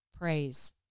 praise